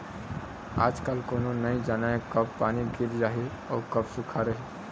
आजकाल कोनो नइ जानय कब पानी गिर जाही अउ कब सुक्खा रही